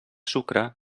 sucre